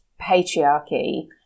patriarchy